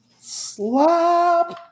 slap